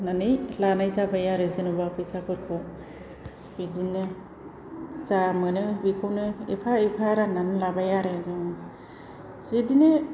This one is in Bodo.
लानाय जाबाय आरो जेन'बा फैसाफोरखौ बिदिनो जा मोनो बेखौनो एफा एफा राननानै लाबाय आरो जोंङो बिदिनो